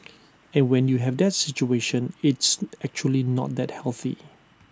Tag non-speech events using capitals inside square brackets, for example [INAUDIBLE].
[NOISE] and when you have that situation it's actually not that healthy